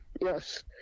Yes